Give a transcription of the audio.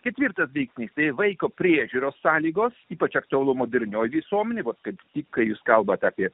ketvirtas veiksnys tai vaiko priežiūros sąlygos ypač aktualu modernioje visuomenėje vat kaip į kai jūs kalbate ir